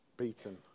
Beaten